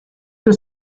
que